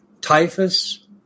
Typhus